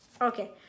okay